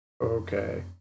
Okay